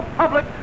public